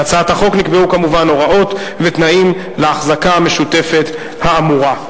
בהצעת החוק נקבעו כמובן הוראות ותנאים להחזקה המשותפת האמורה.